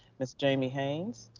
ms. jamie haynes,